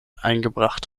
eingebracht